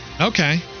Okay